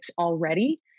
already